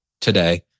today